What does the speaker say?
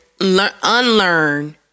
unlearn